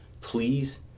Please